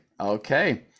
Okay